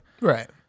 right